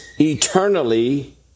eternally